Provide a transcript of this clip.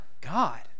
God